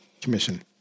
Commission